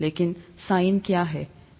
लेकिन साइन क्या है